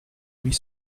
huit